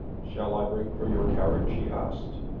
shall i ring for your carriage? he asked.